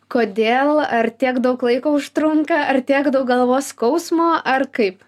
kodėl ar tiek daug laiko užtrunka ar tiek daug galvos skausmo ar kaip